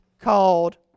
called